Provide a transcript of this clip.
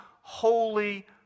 holy